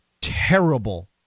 terrible